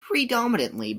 predominantly